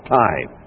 time